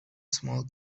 small